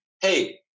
hey